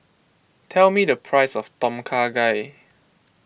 tell me the price of Tom Kha Gai